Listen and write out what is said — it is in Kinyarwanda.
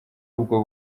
ubwo